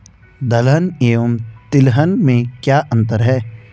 दलहन एवं तिलहन में क्या अंतर है?